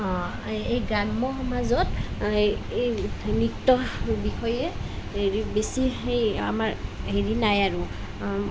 এই গ্ৰাম্য সমাজত এই নৃত্যৰ বিষয়ে হেৰি বেছি সেই আমাৰ হেৰি নাই আৰু